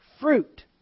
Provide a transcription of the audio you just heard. fruit